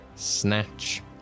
Snatch